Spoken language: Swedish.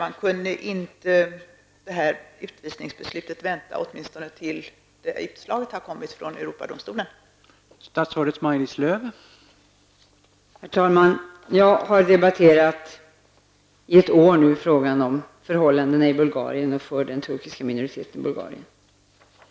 Man undrar om utvisningsbeslutet inte kunde vänta åtminstone tills utslaget från Europadomstolen har kommit.